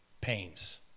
pains